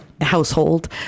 household